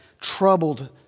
troubled